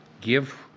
Give